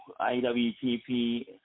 IWTP